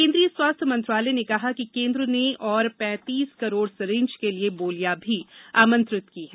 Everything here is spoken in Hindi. केंद्रीय स्वास्थ्य मंत्रालय ने कहा कि केंद्र ने और पैंतीस करोड सीरिंज के लिए बोलियां भी आमंत्रित की हैं